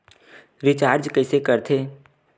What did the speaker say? Recharge कइसे कर थे?